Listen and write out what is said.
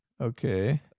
Okay